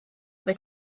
beth